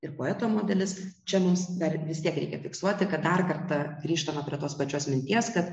ir poeto modelis čia mums dar vis tiek reikia fiksuoti kad dar kartą grįžtama prie tos pačios minties kad